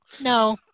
No